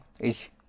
ich